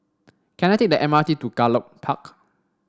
can I take the M R T to Gallop Park